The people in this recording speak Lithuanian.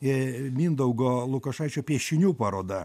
ė mindaugo lukošaičio piešinių paroda